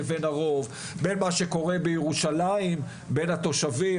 בין מה שקורה בירושלים בין התושבים,